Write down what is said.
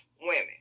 women